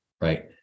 Right